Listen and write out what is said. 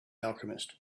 alchemist